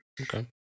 okay